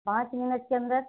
पाँच मिनट के अंदर